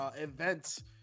events